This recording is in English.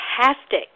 fantastic